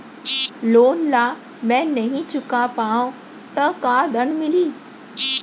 Loan ला मैं नही चुका पाहव त का दण्ड मिलही?